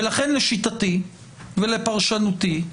זה לשיטתי ולפרשנותי,